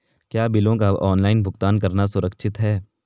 क्या बिलों का ऑनलाइन भुगतान करना सुरक्षित है?